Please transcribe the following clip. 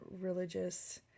religious